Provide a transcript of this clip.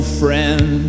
friend